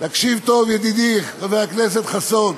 תקשיב טוב, ידידי חבר הכנסת חסון: